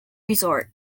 resort